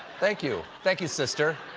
thank you. thank you, sister.